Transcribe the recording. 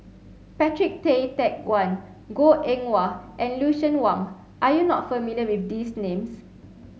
Patrick Tay Teck Guan Goh Eng Wah and Lucien Wang are you not familiar with these names